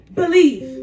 believe